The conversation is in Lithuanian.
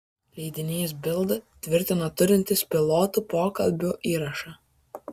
leidinys bild tvirtina turintis pilotų pokalbių įrašą